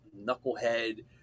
knucklehead